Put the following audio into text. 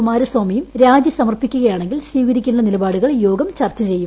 കുമാരസ്വാമിയും രാജി സമർപ്പിക്കുകയാണെങ്കിൽ സ്വീകരിക്കേണ്ട നിലപാടുകൾ യോഗം ചർച്ച ചെയ്യും